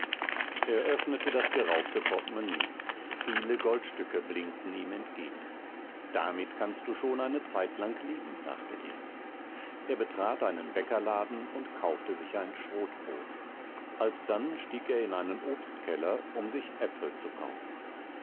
öffnete das geraubte portemonnaie viele goldstücke blinkten ihm entgegen damit kannst du schon eine zeitlang leben dachte er er betrat einen bäckerladen und kaufte sich ein schrotbrot alsdann stieg er in einen obstkeller um sich äpfel zu kaufen